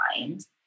mind